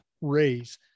Raise